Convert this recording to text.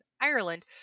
ireland